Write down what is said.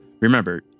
Remember